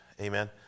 Amen